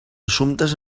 assumptes